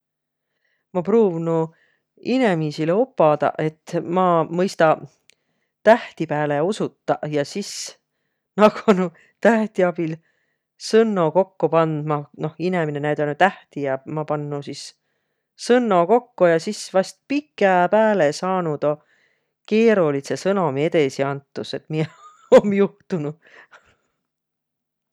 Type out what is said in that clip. Ma pruuvnuq inemiisile opadaq, et ma mõista tähti pääle osutaq ja sis nakanuq tähti abil sõnno kokko pandma, noh, inemine näüdänüq tähti ja maq pandnuq sis sõnno kokko ja vast sis pikäpääle saanuq tuu keerolidsõ sõnomi edesi antus, et miä om juhtunuq.